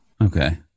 Okay